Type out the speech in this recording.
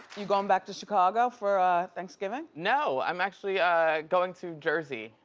you goin' back to chicago for thanksgiving? no, i'm actually going to jersey,